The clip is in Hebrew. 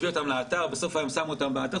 מביא אותם לאתר, בסוף היום שם אותם במעבר.